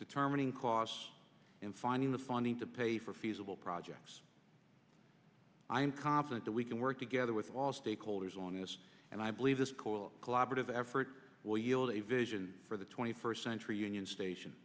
determining costs and finding the funding to pay for feasible projects i am confident that we can work together with all stakeholders on this and i believe this call collaborative effort will yield a vision for the twenty first century union station